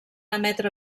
emetre